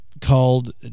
called